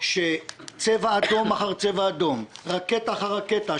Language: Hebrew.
לצבע אדום אחר צבע אדום, רקטה אחר רקטה.